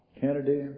Kennedy